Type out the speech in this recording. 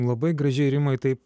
labai gražiai rimai taip